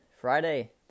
Friday